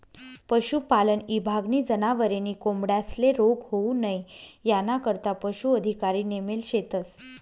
पशुपालन ईभागनी जनावरे नी कोंबड्यांस्ले रोग होऊ नई यानाकरता पशू अधिकारी नेमेल शेतस